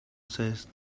says